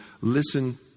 listen